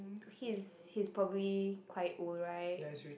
he is he is probably quite old right